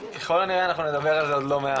ככל הנראה אנחנו נדבר על זה עוד לא מעט.